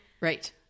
Right